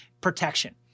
protection